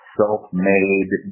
self-made